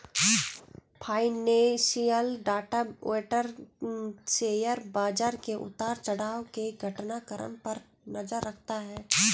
financial data vendor share बाजार के उतार चढ़ाव के घटनाक्रम पर नजर रखता है